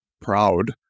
proud